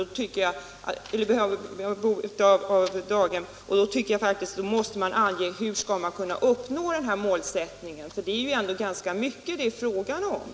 Då tycker jag faktiskt att socialministern också skall ange hur man skall Nr 76 uppnå detta mål. Det är ju ganska mycket det är fråga om.